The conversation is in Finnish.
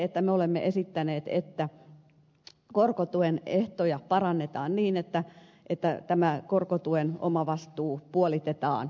me olemme esittäneet että korkotuen ehtoja parannetaan niin että korkotuen omavastuu puolitetaan